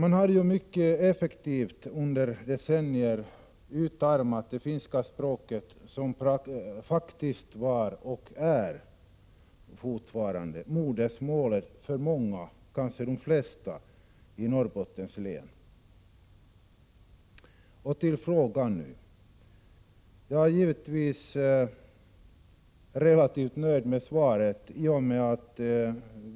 Under decennier har man ju mycket effektivt utarmat det finska språket, som faktiskt var och fortfarande är modersmålet för många, kanske de flesta, i Norrbottens län. Nu till frågan: Jag är givetvis relativt nöjd med svaret.